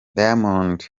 diamond